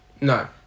No